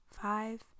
five